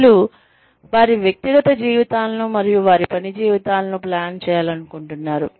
ప్రజలు వారి వ్యక్తిగత జీవితాలను మరియు వారి పని జీవితాలను ప్లాన్ చేయాలనుకుంటున్నారు